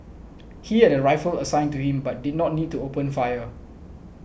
he had a rifle assigned to him but did not need to open fire